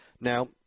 Now